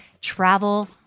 travel